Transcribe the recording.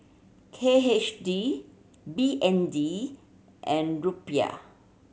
K H D B N D and Rupiah